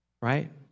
right